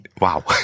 wow